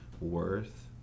worth